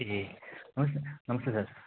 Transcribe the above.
ए नमस् नमस्ते सर